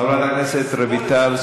אני קורא את שניכם,